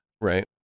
Right